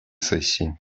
сессии